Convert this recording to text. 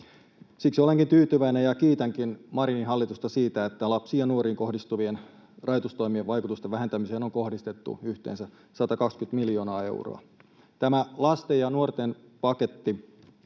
Siksi olenkin tyytyväinen ja kiitänkin Marinin hallitusta siitä, että lapsiin ja nuoriin kohdistuvien rajoitustoimien vaikutusten vähentämiseen on kohdistettu yhteensä 120 miljoonaa euroa. Tämä lasten ja nuorten paketti